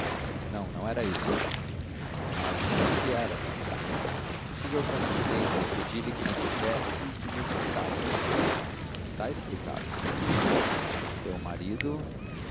não não era isso mas então o que era tive outra suspeita e pedi-lhe que me dissesse que me explicasse está explicado seu marido